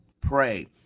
pray